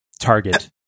Target